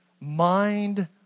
mind